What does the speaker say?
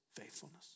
faithfulness